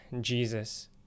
jesus